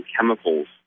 chemicals